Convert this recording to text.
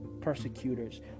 persecutors